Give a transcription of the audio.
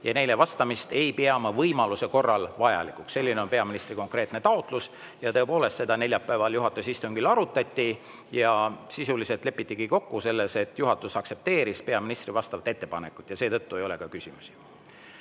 ja neile vastamist ei pea [peaminister] võimaluse korral vajalikuks. Selline on peaministri konkreetne taotlus. Tõepoolest, seda neljapäeval juhatuse istungil arutati ja sisuliselt lepitigi kokku selles, et juhatus aktsepteeris peaministri vastavat ettepanekut. Seetõttu ei olegi küsimusi. Head